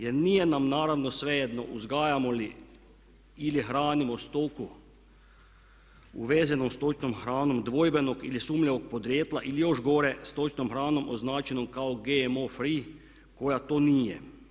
Jer nije nam naravno svejedno uzgajamo li ili hranimo stoku uvezenom stočnom hranom dvojbenom ili sumnjivog podrijetla ili još gore stočnom hranom označenom kao GMO free koja to nije.